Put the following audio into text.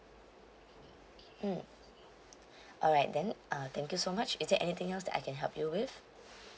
mm alright then uh thank you so much is there anything else that I can help you with